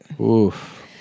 Oof